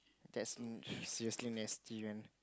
that's um seriously nasty one